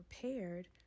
prepared